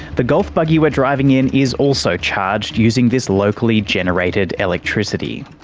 the golf buggy we're driving in is also charged using this locally-generated electricity.